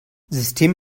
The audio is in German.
system